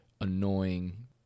annoying